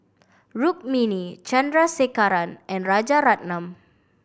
Rukmini Chandrasekaran and Rajaratnam